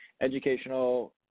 educational